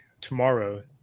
tomorrow